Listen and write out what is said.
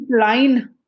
line